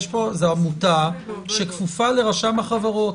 זו עמותה שכפופה לרשם החברות.